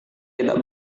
tidak